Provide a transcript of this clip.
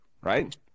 right